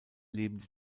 lebende